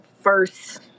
first